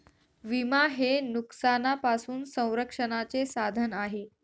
विमा हे नुकसानापासून संरक्षणाचे साधन आहे